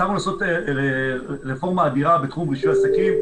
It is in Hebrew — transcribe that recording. הצלחנו לעשות רפורמה אדירה בתחום רישוי עסקים,